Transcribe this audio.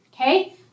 okay